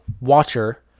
watcher